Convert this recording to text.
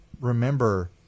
remember